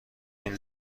این